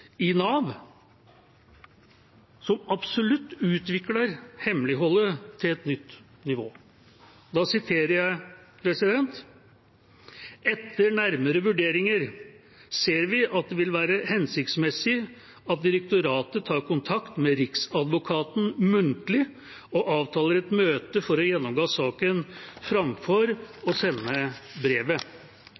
i Nav, som absolutt utvikler hemmeligholdet til et nytt nivå. Da siterer jeg: «etter nærmere vurdering ser vi at det vil være hensiktsmessig at direktoratet tar kontakt med Riksadvokaten muntlig og avtaler et møte for å gjennomgå saken fremfor å sende brevet.